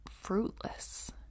fruitless